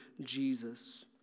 Jesus